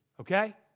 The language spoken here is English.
okay